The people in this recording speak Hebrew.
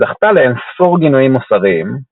וזכתה לאינספור גינויים מוסריים.